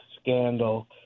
scandal